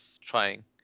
trying